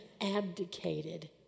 abdicated